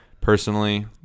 personally